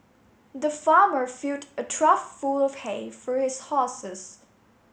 the farmer filled a trough full of hay for his horses